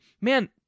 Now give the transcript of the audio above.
man